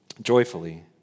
joyfully